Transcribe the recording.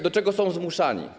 Do czego są zmuszani?